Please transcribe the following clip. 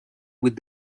with